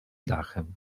dachem